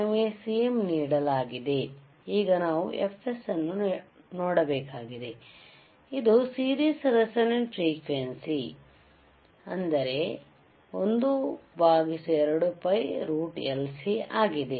ನಮಗೆ Cm ನೀಡಲಾಗಿದೆ ಈಗ ನಾವು Fs ಅನ್ನು ನೋಡಬೇಕಾಗಿದೆ ಇದು ಸೀರೀಸ್ ರೇಸೋನೆಂಟ್ ಫ್ರೀಕ್ವೆಂಸಿ12piLC ಆಗಿದೆ